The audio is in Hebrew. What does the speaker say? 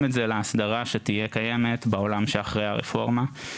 את זה להסדרה שתהיה קיימת בעולם שאחרי הרפורמה,